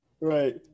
Right